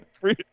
Free